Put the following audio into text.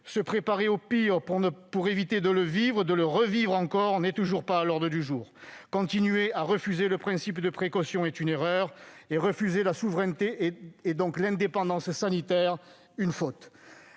Se préparer au pire, pour éviter de le vivre ou de le revivre, n'est toujours pas à l'ordre du jour. Continuer de refuser le principe de précaution est une erreur, et refuser la souveraineté et donc l'indépendance sanitaire est une faute.